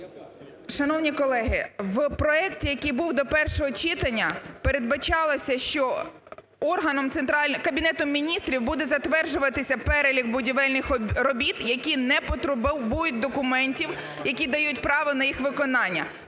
Шановні колеги, в проекті, який був до першого читання, передбачалося, що органом центральної... Кабінетом Міністрів буде затверджуватися перелік будівельних робіт, які не потребують документів, які дають право на їх виконання.